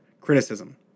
Criticism